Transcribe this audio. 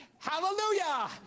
Hallelujah